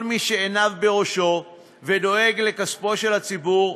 כל מי שעיניו בראשו ודואג לכספו של הציבור,